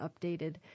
updated